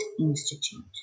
Institute